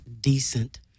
decent